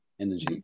energy